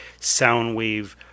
Soundwave